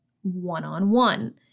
one-on-one